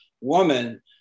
woman